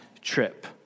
trip